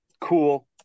Cool